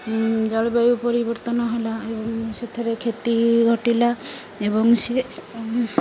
ଜଳବାୟୁ ପରିବର୍ତ୍ତନ ହେଲା ଏବଂ ସେଥିରେ କ୍ଷତି ଘଟିଲା ଏବଂ ସିଏ